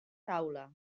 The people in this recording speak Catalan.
taula